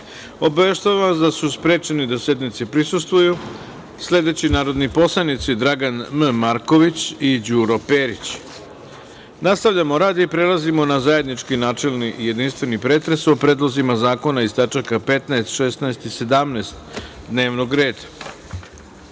vas da su sprečeni da sednici prisustvuju sledeći narodni poslanici: Dragan M. Marković i Đuro Perić. Nastavljamo rad i prelazimo na zajednički načelni i jedinstveni pretres o predlozima zakona iz tač. 15, 16. i 17. dnevnog